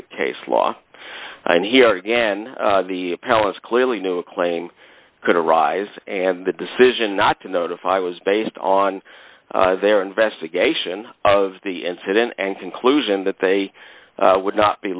the case law and here again the appellant clearly knew a claim could arise and the decision not to notify was based on their investigation of the incident and conclusion that they would not be